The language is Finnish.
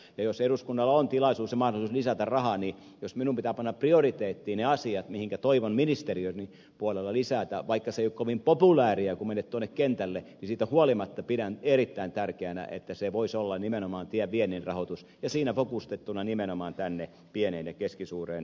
ja jos eduskunnalla on tilaisuus ja mahdollisuus lisätä rahaa niin jos minun pitää panna prioriteettiin ne asiat mihinkä toivon ministeriöni puolella lisättävän vaikka se ei ole kovin populääriä kun menet tuonne kentälle niin siitä huolimatta pidän erittäin tärkeänä että se voisi olla nimenomaan viennin rahoitus ja siinä fokustettuna nimenomaan tänne pieneen ja keskisuureen yritystoimintaan